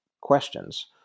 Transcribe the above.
questions